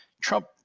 Trump